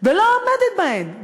ולא עומדת בהן.